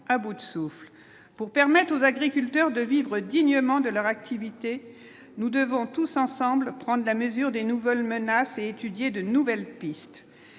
à bout de souffle pour permettre aux agriculteurs de vivre dignement de leur activité, nous devons tous ensemble prendre la mesure des nouvelles menaces et étudier de nouvelles pistes,